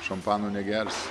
šampano negersi